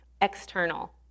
external